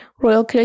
Royal